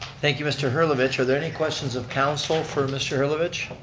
thank you, mr. herlovitch. are there any questions of council for mr. herlovitch?